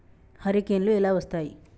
హరికేన్లు ఎలా వస్తాయి?